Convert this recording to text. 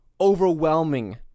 overwhelming